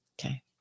Okay